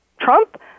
Trump